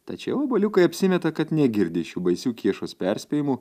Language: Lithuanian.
tačiau obuoliukai apsimeta kad negirdi šių baisių kiešos perspėjimų